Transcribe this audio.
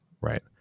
right